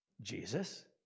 Jesus